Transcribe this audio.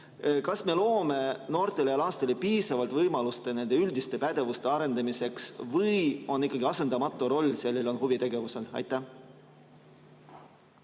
kas me loome noortele ja lastele piisavalt võimalusi nende üldiste pädevuste arendamiseks või on ikkagi asendamatu roll selles huvitegevusel? Aitäh,